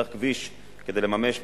שצריך כביש כדי לממש,